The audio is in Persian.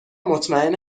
مطمئن